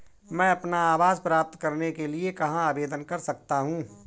मैं अपना आवास प्राप्त करने के लिए कहाँ आवेदन कर सकता हूँ?